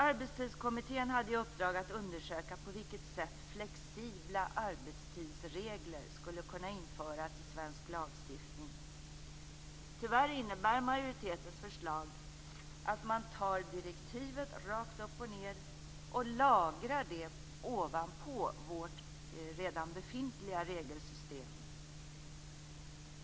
Arbetstidskommittén hade i uppdrag att undersöka på vilket sätt flexibla arbetstidsregler skulle kunna införas i svensk lagstiftning. Tyvärr innebär majoritetens förslag att man tar direktivet rakt upp och ned och lagrar det ovanpå vårt redan befintliga regelsystem.